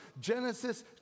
Genesis